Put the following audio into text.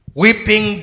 weeping